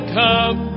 come